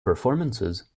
performances